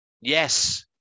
Yes